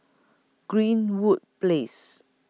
Greenwood Place